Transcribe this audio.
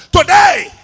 today